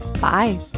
Bye